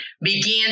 begin